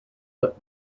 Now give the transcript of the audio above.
but